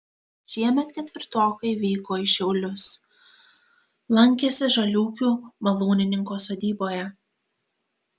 šiemet ketvirtokai vyko į šiaulius lankėsi žaliūkių malūnininko sodyboje